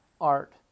art